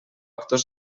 actor